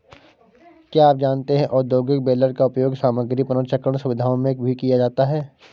क्या आप जानते है औद्योगिक बेलर का उपयोग सामग्री पुनर्चक्रण सुविधाओं में भी किया जाता है?